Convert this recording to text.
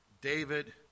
David